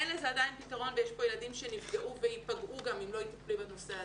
אין לזה עדיין פתרון ויש פה ילדים שנפגעו ויפגעו אם לא יטפלו בנושא הזה.